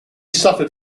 suffered